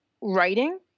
writing